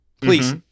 Please